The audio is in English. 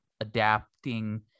adapting